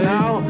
now